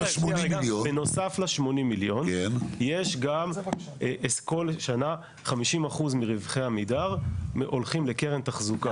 בנוסף ל-80 מיליון יש גם כל שנה 50% מרווחי עמידר הולכים לקרן תחזוקה.